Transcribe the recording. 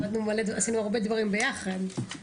עשינו הרבה דברים ביחד,